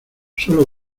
solo